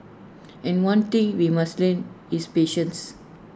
and one thing we must learn is patience